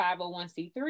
501c3